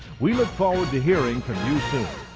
we look forward to hearing from